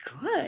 good